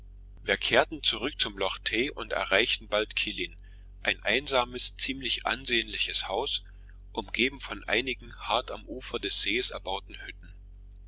wir kehrten zurück zum loch tay und erreichten bald killin ein einsames ziemlich ansehnliches haus umgeben von einigen hart am ufer des sees erbauten hütten